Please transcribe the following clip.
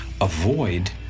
avoid